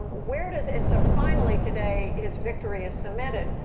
where does and so finally, today, his victory is cemented.